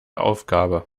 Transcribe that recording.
aufgabe